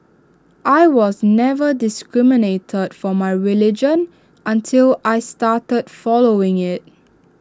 I was never discriminated for my religion until I started following IT